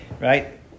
Right